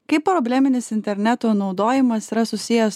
kaip probleminis interneto naudojimas yra susijęs